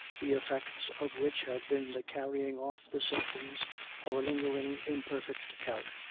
the effects of which had been the carrying off the symptoms of a lingering imperfect gout,